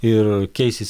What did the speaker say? ir keisis